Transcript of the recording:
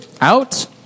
out